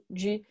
de